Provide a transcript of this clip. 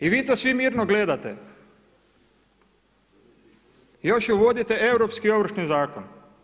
I vi to svi mirno gledate još uvodite Europski ovršni zakon.